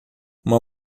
uma